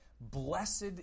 Blessed